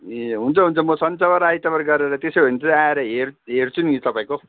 ए हुन्छ हुन्छ म सन्चबार आइतबार गरेर त्यसोभने चाहिँ आएर हेर् हेर्छु नि तपाईँको